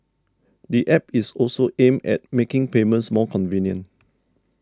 the App is also aimed at making payments more convenient